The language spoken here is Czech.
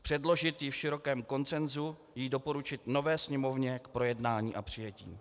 Předložit ji v širokém konsenzu, doporučit ji nové Sněmovně k projednání a přijetí.